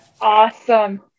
Awesome